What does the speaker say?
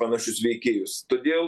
panašius veikėjus todėl